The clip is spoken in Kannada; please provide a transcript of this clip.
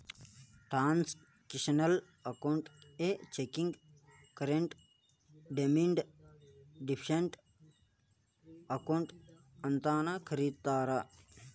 ಟ್ರಾನ್ಸಾಕ್ಷನಲ್ ಅಕೌಂಟಿಗಿ checking current demand deposit account ಅಂತಾನೂ ಕರಿತಾರಾ